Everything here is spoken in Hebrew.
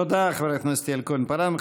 תודה, חברת הכנסת יעל כהן-פארן.